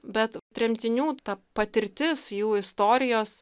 bet tremtinių ta patirtis jų istorijos